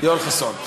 יואל חסון.